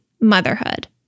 motherhood